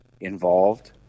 involved